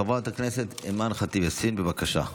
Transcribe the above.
חברת הכנסת אימאן ח'טיב יאסין, בבקשה.